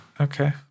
Okay